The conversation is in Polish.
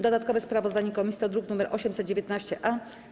Dodatkowe sprawozdanie komisji to druk nr 819-A.